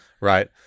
right